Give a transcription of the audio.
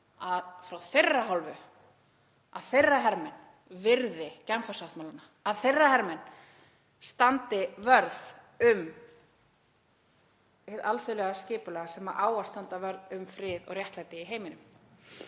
frá sinni hálfu að þeirra hermenn virði Genfarsáttmálann, að þeirra hermenn standi vörð um hið alþjóðlega skipulag sem á að standa vörð um frið og réttlæti í heiminum.